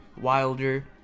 Wilder